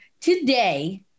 today